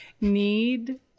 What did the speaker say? need